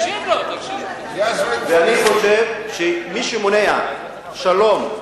ואני חושב שמי שמונע שלום,